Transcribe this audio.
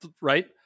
right